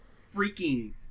freaking